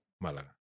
Malaga